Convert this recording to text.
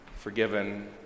Forgiven